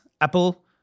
Apple